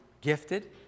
gifted